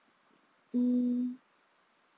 hmm